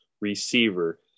receiver